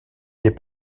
des